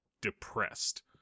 depressed